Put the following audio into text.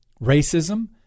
racism